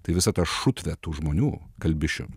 tai visą tą šutvę tų žmonių kalbišių